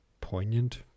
poignant